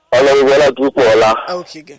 Okay